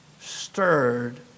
stirred